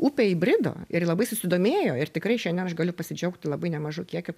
upę įbrido ir labai susidomėjo ir tikrai šiandien aš galiu pasidžiaugti labai nemažu kiekiu